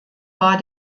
war